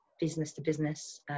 business-to-business